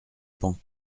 pans